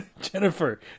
Jennifer